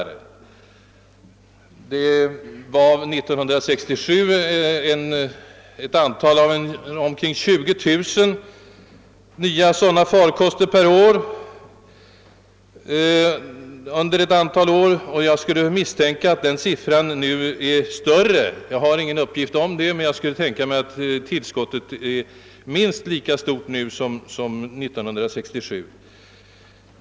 År 1967 räk nade man med ett årligt tillskott på omkring 20000 nya sådana farkoster, och jag skulle tänka mig att den siffran nu är större. Jag har ingen uppgift om det men tror att den årliga ökningen är minst lika stor som 1967.